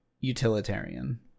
utilitarian